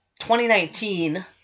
2019